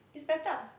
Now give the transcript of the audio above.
it's better